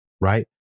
right